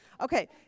okay